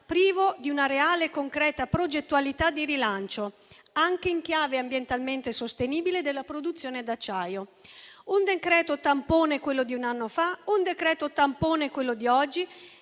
privo di una reale e concreta progettualità di rilancio, anche in chiave ambientalmente sostenibile, della produzione d'acciaio; un decreto tampone quello di un anno fa, un decreto tampone quello di oggi,